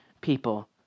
people